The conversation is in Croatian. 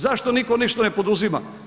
Zašto niko ništa ne poduzima?